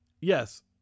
Yes